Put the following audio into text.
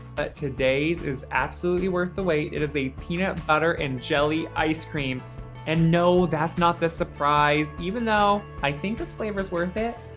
but today's is absolutely worth the wait. it is a peanut butter and jelly ice cream and no, that's not the surprise even though, i think this flavor's worth it.